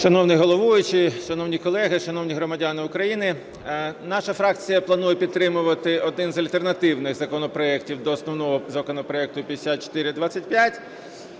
Шановний головуючий, шановні колеги, шановні громадяни України! Наша фракція планує підтримувати один із альтернативних законопроектів до основного законопроекту 5425.